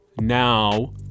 now